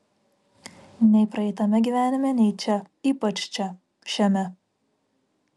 nei praeitame gyvenime nei čia ypač čia šiame